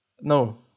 no